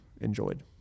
Enjoyed